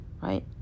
Right